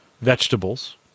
vegetables